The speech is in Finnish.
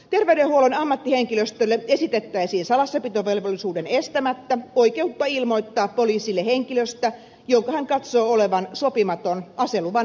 terveydenhuollon ammattihenkilölle esitettäisiin salassapitovelvollisuuden estämättä oikeutta ilmoittaa poliisille henkilöstä jonka hän katsoo olevan sopimaton aseluvan haltijaksi